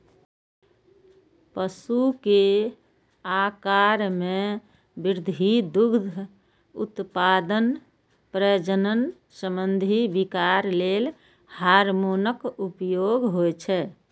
पशु के आाकार मे वृद्धि, दुग्ध उत्पादन, प्रजनन संबंधी विकार लेल हार्मोनक उपयोग होइ छै